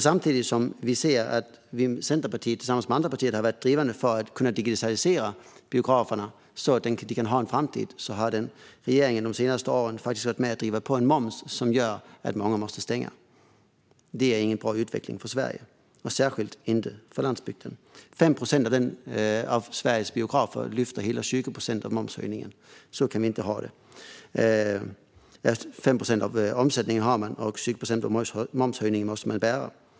Samtidigt som vi i Centerpartiet tillsammans med andra partier har varit drivande för en digitalisering av biograferna, så att de kan ha en framtid, har regeringen de senaste åren drivit på för en moms som gör att många måste stänga. Det är ingen bra utveckling för Sverige och särskilt inte för landsbygden. 5 procent av Sveriges biografer bär hela 20 procent av momshöjningen. Så kan vi inte ha det. Man har 5 procent av omsättningen och måste bära 20 procent av momshöjningen.